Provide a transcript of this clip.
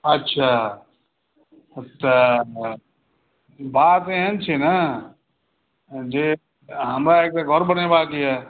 अच्छा तऽ बात एहन छै ने जे हमरा एकटा घर बनेबाक यऽ